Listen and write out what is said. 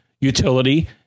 utility